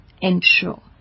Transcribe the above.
ensure